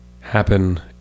happen